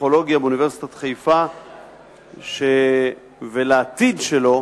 לפסיכולוגיה באוניברסיטת חיפה ולעתיד שלו,